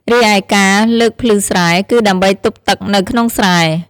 រីឯការលើកភ្លឺស្រែ គឺដើម្បីទប់ទឹកនៅក្នុងស្រែ។